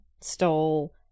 stole